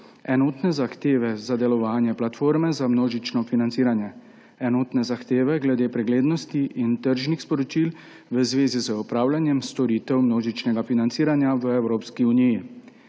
enotne zahteve za delovanje platforme za množično financiranje enotne zahteve glede preglednosti in tržnih sporočil v zvezi z opravljanjem storitev množičnega financiranja v Evropski uniji.